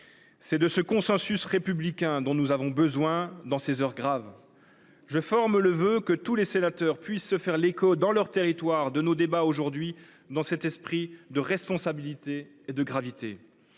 C’est de ce consensus républicain que nous avons besoin dans ces heures graves. Je forme le vœu que tous les sénateurs puissent se faire l’écho dans leurs territoires de nos débats aujourd’hui, dans cet esprit de responsabilité et de gravité.